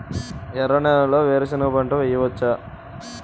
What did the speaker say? ఎర్ర నేలలో వేరుసెనగ పంట వెయ్యవచ్చా?